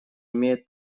имеет